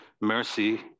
mercy